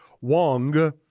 Wong